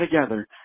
together